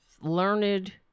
learned